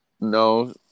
No